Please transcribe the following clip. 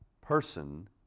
person